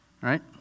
right